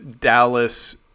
Dallas